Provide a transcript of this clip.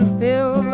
fill